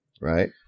Right